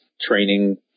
training